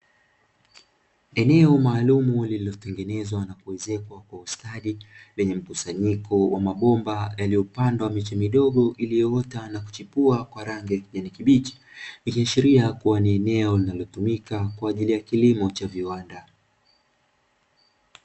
Eneo maalumu lililotengenezwa na kuezekwa kwa ustadi lenye mkusanyiko wa mabomba yaliyopandwa miche midogo iliyoota na kuchipua kwa rangi ya kijani kibichi, ikiashiria kuwa ni eneo linalotumika kwa ajili ya kilimo cha kiviwanda.